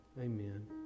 Amen